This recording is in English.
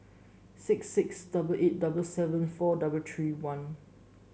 six six double eight double seven four double three one